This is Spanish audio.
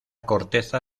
corteza